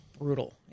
brutal